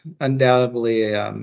undoubtedly